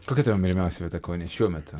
kokia tavo mylimiausia vieta kaune šiuo metu